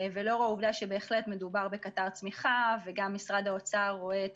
לאור העובדה שבהחלט מדובר בקטר צמיחה וגם משרד האוצר רואה את